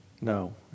No